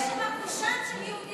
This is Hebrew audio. יש שם קושאן של יהודים,